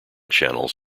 channels